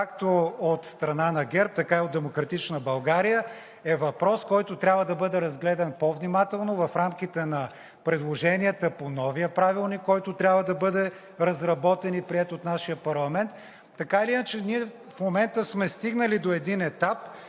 както от страна на ГЕРБ, така и от „Демократична България“, е въпрос, който трябва да бъде разгледан по-внимателно в рамките на предложенията по новия Правилник, който трябва да бъде разработен и приет от нашия парламент. Така или иначе ние в момента сме стигнали до един етап,